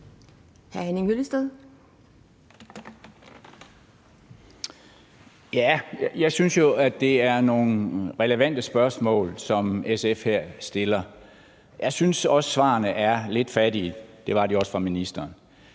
Jeg synes jo, det er nogle relevante spørgsmål, som SF her stiller. Jeg synes, at svarene er lidt fattige, og det var de også fra ministerens